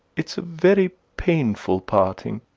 it's a very painful parting.